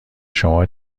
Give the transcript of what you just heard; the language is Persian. شما